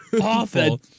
awful